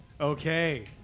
Okay